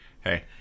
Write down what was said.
Hey